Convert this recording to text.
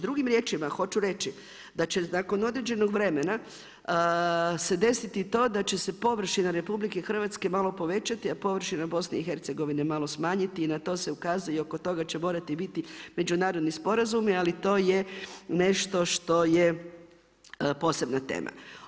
Drugim riječima, hoću reći, da će nakon određenog vremena, se desiti to da će se površina RH, malo povećati, a površina BIH malo smanjiti i na to se ukazuje i oko toga će morati biti međunarodni sporazumi, ali to je nešto što je posebna tema.